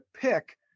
pick